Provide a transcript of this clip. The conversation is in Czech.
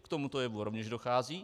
K tomuto jevu rovněž dochází.